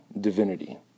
divinity